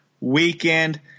weekend